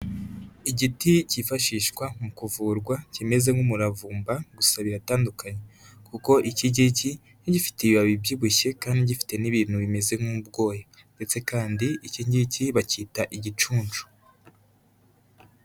Igiti kifashishwa mu kuvurwa kimeze nk'umuravumba, gusa biratandukanye, kuko iki giki, nk'igifite ibibabi byibushye kandi gifite n'ibintu bimeze nk'ubwoya, ndetse kandi iki ngiki bakita igicunshu.